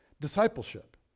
discipleship